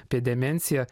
apie demenciją